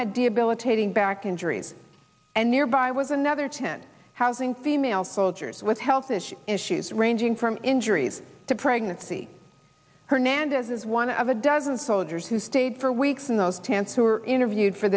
had debilitating back injuries and nearby was another ten housing female soldiers with health issues issues ranging from injuries to pregnancy hernandez is one of a dozen soldiers who stayed for weeks in those tents who were interviewed for